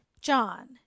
John